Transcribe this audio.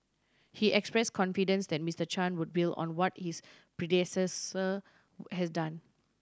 he express confidence that Mister Chan would build on what his predecessor has done